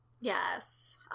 Yes